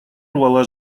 рвала